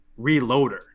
reloader